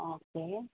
okay